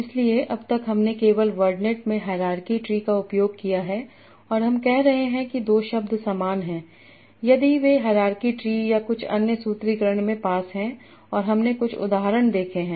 इसलिए अब तक हमने केवल वर्डनेट में हायरार्की ट्री का उपयोग किया हैऔर हम कह रहे हैं कि दो शब्द समान हैं यदि वे हायरार्की ट्री या कुछ अन्य सूत्रीकरण में पास हैं और हमने कुछ उदाहरण देखे हैं